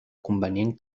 convenient